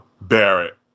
Barrett